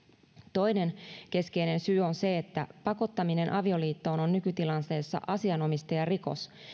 toinen keskeinen syy on se että pakottaminen avioliittoon on nykytilanteessa asianomistajarikos